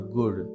good